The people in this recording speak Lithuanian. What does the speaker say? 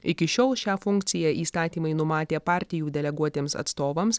iki šiol šią funkciją įstatymai numatė partijų deleguotiems atstovams